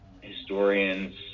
historians